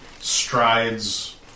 strides